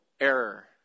error